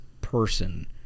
person